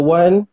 one